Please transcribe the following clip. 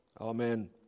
Amen